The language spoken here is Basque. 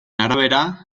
arabera